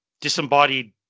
disembodied